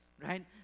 right